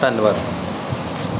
ਧੰਨਵਾਦ